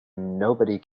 nobody